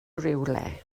rhywle